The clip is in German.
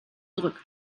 zurück